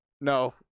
no